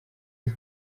les